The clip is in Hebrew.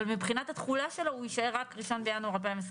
מבחינת התחולה שלו הוא יישאר רק מ-1 בינואר 2022